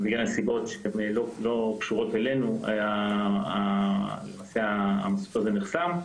אבל בגלל סיבות שלא קשורות אלינו המסלול הזה נחסם.